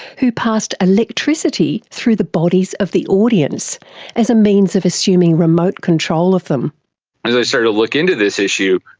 who passed electricity through the bodies of the audience as a means of assuming remote control of them. as i started to look into this issue,